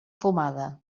fumada